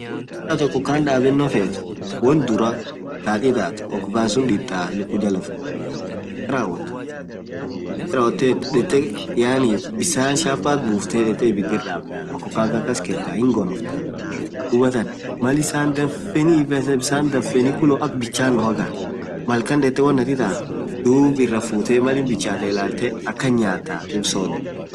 malaatin okokkan daabatti feet, luuku jalla fuute ditte, malrawottet .bissan chapat buuftee ibidir daabdaa ,okokkan kaan kassketaa, hingonoftaaduubataan mall bissan danfeeniikuloo ak bichanoa ittan malkan irrafutte, ak issan bichatten illaltee akan nyataa sodaan.